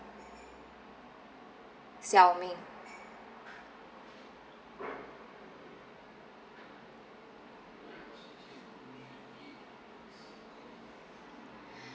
xiao ming